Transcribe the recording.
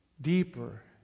deeper